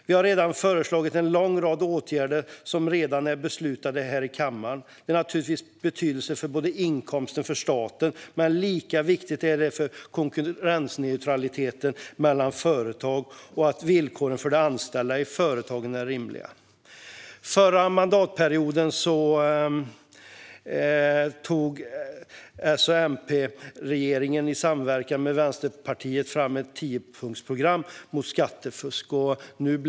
Vi har redan föreslagit en lång rad åtgärder som också har beslutats här i kammaren. Det är naturligtvis av betydelse för statens inkomster, men lika viktigt är det för konkurrensneutraliteten mellan företag och för att villkoren för de anställda i företagen ska vara rimliga. Förra mandatperioden tog S-MP-regeringen i samverkan med Vänsterpartiet fram ett tiopunktsprogram mot skattefusk.